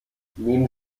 nehmen